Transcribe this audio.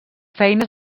feines